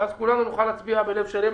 ואז כולנו נוכל להצביע בלב שלם.